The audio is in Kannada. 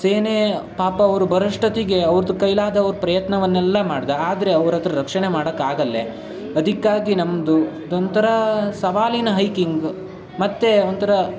ಸೇನೆ ಪಾಪ ಅವರು ಬರೋಷ್ಟೊತ್ತಿಗೆ ಅವ್ರ್ದು ಕೈಲಾದ ಅವ್ರು ಪ್ರಯತ್ನವನ್ನೆಲ್ಲ ಮಾಡ್ದ ಆದರೆ ಅವ್ರ ಹತ್ತಿರ ರಕ್ಷಣೆ ಮಾಡಕ್ಕಾಗಿಲ್ಲ ಅದಕ್ಕಾಗಿ ನಮ್ಮದು ಅದೊಂಥರ ಸವಾಲಿನ ಹೈಕಿಂಗ್ ಮತ್ತು ಒಂಥರ